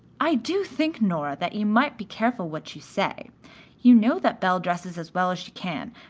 i do think, nora, that you might be careful what you say you know that belle dresses as well as she can,